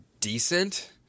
Decent